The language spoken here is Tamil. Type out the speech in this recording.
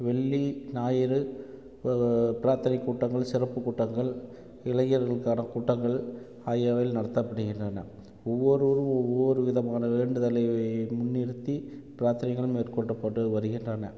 வெள்ளி ஞாயறு பிராத்தனைக் கூட்டங்கள் சிறப்பு கூட்டங்கள் இளைஞர்களுக்கான கூட்டங்கள் ஆகியவை நடத்தப்படுகின்றன ஒவ்வொரு ஒவ்வொரு விதமான வேண்டுதலை முன்னிறுத்தி பிராத்தனைகள் மேற்கொள்ளப்பட்டு வருகின்றன